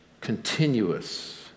continuous